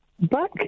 Back